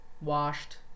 washed